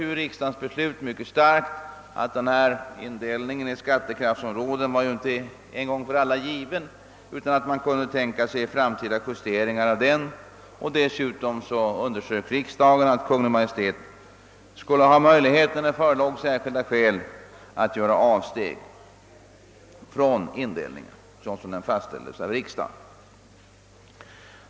I riksdagens beslut underströks starkt att den då beslutade indelningen i skattekraftsområden inte var en gång för alla given, utan att man kunde tänka sig framtida justeringar av den. Dessutom underströk riksdagen att Kungl. Maj:t skulle ha möjlighet att, om särskilda skäl förelåg, göra avsteg från indelningen såsom den fastställts av riksdagen.